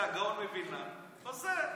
זה הגאון מווילנה עושה.